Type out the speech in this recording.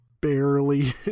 barely